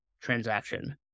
transaction